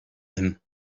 him